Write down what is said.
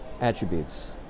attributes